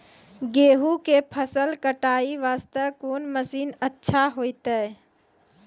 गेहूँ के फसल कटाई वास्ते कोंन मसीन अच्छा होइतै?